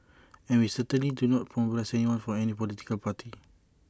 and we certainly do not mobilise anyone for any political party